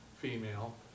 female